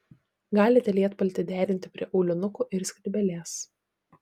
galite lietpaltį derinti prie aulinukų ir skrybėlės